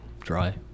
dry